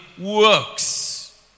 works